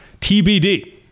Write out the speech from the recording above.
TBD